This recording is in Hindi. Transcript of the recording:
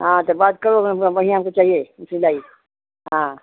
हाँ तो बात करो बढ़िया हमको चाहिए सिलाई हाँ